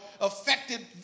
Affected